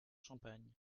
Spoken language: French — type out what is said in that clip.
champagne